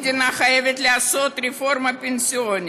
המדינה חייבת לעשות רפורמה פנסיונית.